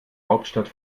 hauptstadt